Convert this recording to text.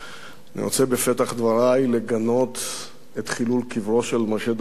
אני רוצה בפתח דברי לגנות את חילול קברו של משה דיין,